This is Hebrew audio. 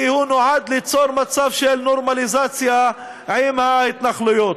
כי הוא נועד ליצור מצב של נורמליזציה עם ההתנחלויות.